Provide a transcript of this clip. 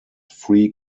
free